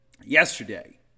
yesterday